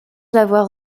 avoir